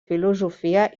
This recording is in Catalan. filosofia